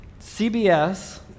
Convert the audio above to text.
CBS